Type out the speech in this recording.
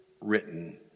written